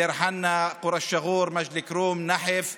דיר חנא, אל-שגור, מג'ד אל-כרום, נחף,